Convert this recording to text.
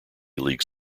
league